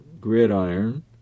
gridiron